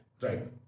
Right